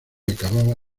acababa